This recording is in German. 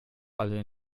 alle